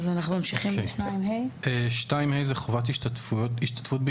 אז אנחנו ממשיכים עם 2ה. 2ה מדבר על חובת ההשתתפות בהשתלמויות.